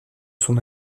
son